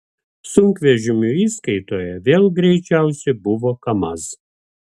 sunkvežimių įskaitoje vėl greičiausi buvo kamaz